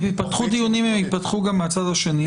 אם יתפתחו דיונים הם יתפתחו גם מהצד השני,